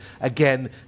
again